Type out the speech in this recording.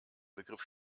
begriff